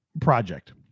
project